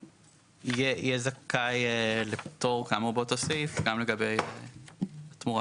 יהיה זכאי לפטור כאמור באותו סעיף גם לגבי תמורה,